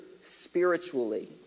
spiritually